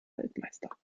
waldmeister